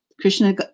Krishna